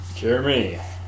jeremy